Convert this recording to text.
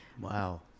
wow